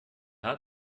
hat